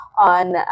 on